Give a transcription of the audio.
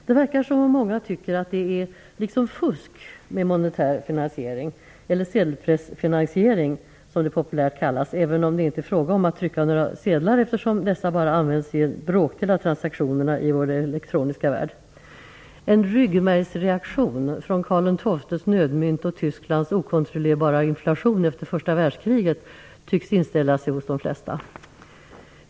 Det verkar som om många tycker att det är fusk med monetär finansiering eller sedelpressfinansiering som det populärt kallas, även om det inte är fråga om att trycka några sedlar eftersom dessa bara används i en bråkdel av transaktionerna i vår elektroniska värld. Tysklands okontrollerbara inflation efter första världskriget tycks inställa sig hos de flesta.